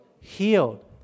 Healed